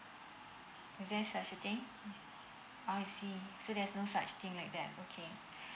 Is there such a thing oh I see so there's no such thing like that okay